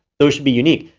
those should be unique.